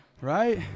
right